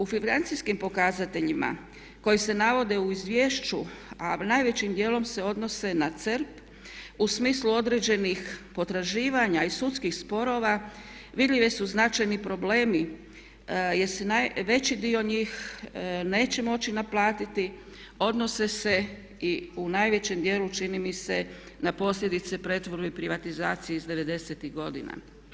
U financijskim pokazateljima koji se navode u izvješću a najvećim dijelom se odnose na CERP u smislu određenih potraživanja i sudskih sporova vidljivi su značajni problemi jer se veći dio njih neće moći naplatiti, odnose se i u najvećem dijelu čini mi se na posljedice pretvorbe i privatizacije iz '90.-tih godina.